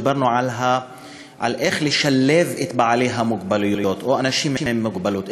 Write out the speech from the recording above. דיברנו על איך לשלב אנשים עם מוגבלות,